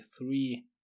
three